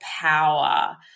power